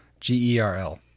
G-E-R-L